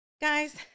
Guys